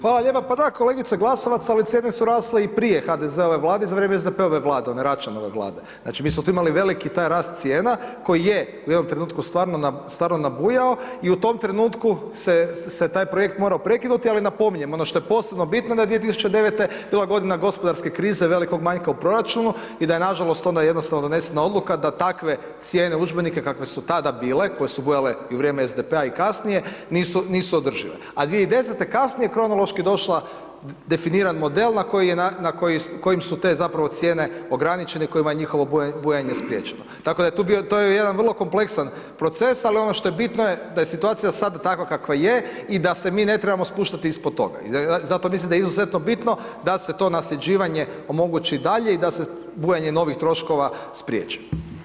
Hvala lijepa, pa da kolegice Glasovac, ali cijene su rasle i prije HDZ-ove Vlade, za vrijeme SDP-ove Vlade, one Račanove Vlade, znači, mi smo tu imali veliki taj rast cijena koji je u jednom trenutku stvarno nabujao i u tom trenutku se taj projekt morao prekinuti, ali napominjem, ono što je posebno bitno da je 2009.-te bila godina gospodarske krize, velikog manjka u proračunu i da je nažalost, onda jednostavno donesena odluka da takve cijene udžbenika kakve su tada bile, koje su bujale i u vrijeme SDP-a i kasnije, nisu održive, a 2010.-te, kasnije kronološki došla definiran model kojim su te zapravo cijene ograničene i kojima je njihovo bujanje spriječeno, tako da, to je jedan vrlo kompleksan proces, ali ono što je bitno je, da je situacija sada takva kakva je i da se mi ne trebamo spuštati ispod toga i zato mislim da je izuzetno bitno da se to nasljeđivanje omogući dalje i da se bujanje novih troškova spriječi.